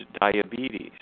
diabetes